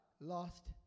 lost